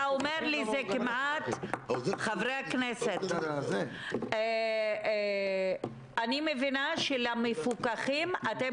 חברי הכנסת, אני מבינה שלמפוקחים אתם